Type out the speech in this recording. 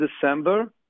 December